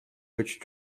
which